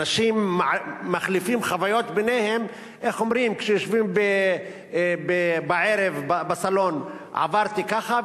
אנשים מחליפים חוויות ביניהם כשהם יושבים בערב בסלון: עברתי ככה,